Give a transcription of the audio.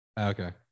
Okay